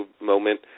Moment